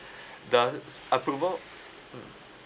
the approval mm